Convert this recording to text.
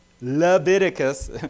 Leviticus